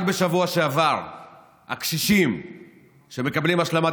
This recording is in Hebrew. רק בשבוע שעבר הקשישים שמקבלים השלמת